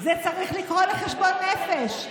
זה צריך לקרוא לחשבון נפש,